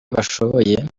bashoboye